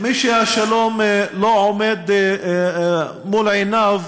מי שהשלום לא עומד מול עיניו,